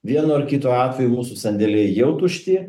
vienu ar kitu atveju mūsų sandėliai jau tušti